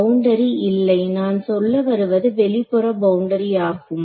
boundary இல்லை நான் சொல்ல வருவது வெளிப்புற பவுண்டரி ஆகும்